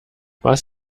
was